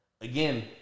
again